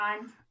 on